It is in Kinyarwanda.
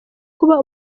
kuba